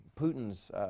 Putin's